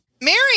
Mary